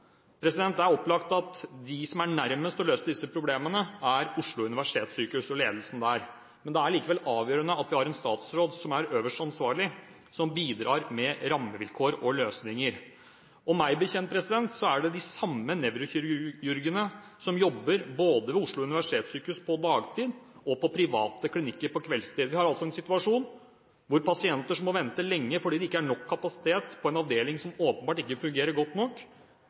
Det er opplagt at de som er nærmest til å løse disse problemene, er Oslo universitetssykehus og ledelsen der. Det er likevel avgjørende at den statsråd som er øverste ansvarlig, bidrar med rammevilkår og løsninger. Meg bekjent er det de samme nevrokirurgene som jobber både ved Oslo universitetssykehus på dagtid og ved private klinikker på kveldstid. Vi har altså en situasjon hvor pasienter som må vente lenge fordi det ikke er nok kapasitet på en avdeling som åpenbart ikke fungerer godt nok,